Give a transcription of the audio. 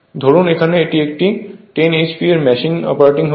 ধরুন এখানে এটি একটি 10 HP এর মেশিন অপারেটিং হচ্ছে